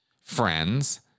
friends